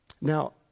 Now